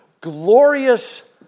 glorious